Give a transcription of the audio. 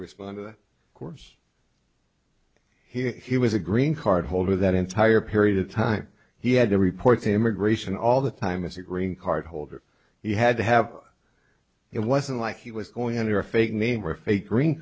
respond of course he was a green card holder that entire period of time he had to report to immigration all the time as a green card holder he had to have it wasn't like he was going under a fake name or if a green